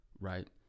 right